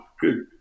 good